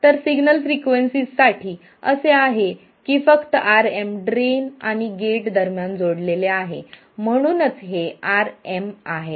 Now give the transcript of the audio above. तर सिग्नल फ्रिक्वेन्सीसाठी असे आहे की फक्त Rm ड्रेन आणि गेट दरम्यान जोडलेले आहे म्हणूनच हे Rm आहे